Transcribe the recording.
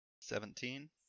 Seventeen